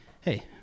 hey